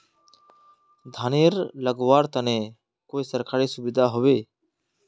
धानेर लगवार तने कोई सरकारी सुविधा होबे?